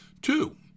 Two